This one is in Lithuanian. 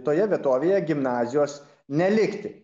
toje vietovėje gimnazijos nelikti